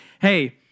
Hey